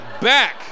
back